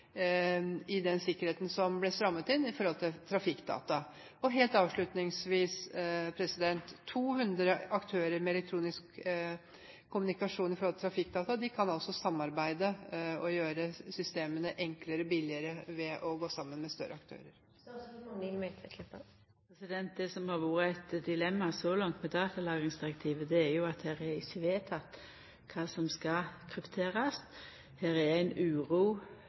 i den sikkerheten som ble strammet inn for trafikkdata? Helt avslutningsvis: 200 aktører med elektronisk kommunikasjon når det gjelder trafikkdata, kan altså samarbeide og gjøre systemene enklere og billigere ved å gå sammen med større aktører. Det som har vore eit dilemma så langt med datalagringsdirektivet, er at det ikkje er vedteke kva som skal krypterast. Det er ei uro